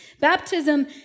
Baptism